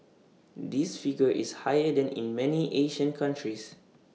this figure is higher than in many Asian countries